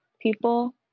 people